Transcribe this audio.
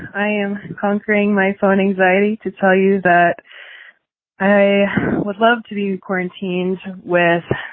i am conquering my phone anxiety to tell you that i would love to be quarantined with